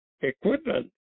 equipment